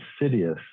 insidious